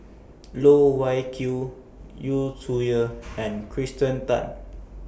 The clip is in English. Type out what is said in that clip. Loh Wai Kiew Yu Zhuye and Kirsten Tan